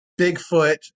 Bigfoot